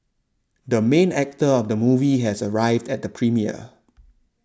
the main actor of the movie has arrived at the premiere